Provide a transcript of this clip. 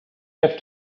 have